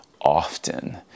often